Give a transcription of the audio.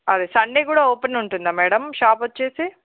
అదే సండే కూడా ఓపెన్ ఉంటుందా మేడం షాప్ వచ్చి